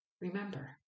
remember